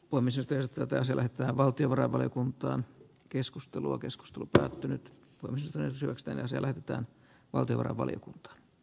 uimisesta ja tätä se lähettää valtiovarainvaliokunta keskustelua keskustelu päättynyt kolmessa televisiosta ja se lähetetään valtiovarainvaliokunta